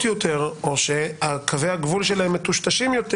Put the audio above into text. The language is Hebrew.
יותר או שקווי הגבול שלהם מטושטשים יותר,